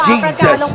Jesus